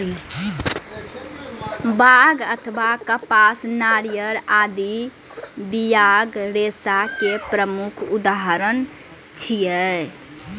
बांग अथवा कपास, नारियल आदि बियाक रेशा के प्रमुख उदाहरण छियै